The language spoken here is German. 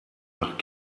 nach